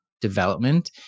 development